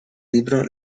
libro